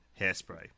Hairspray